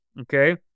Okay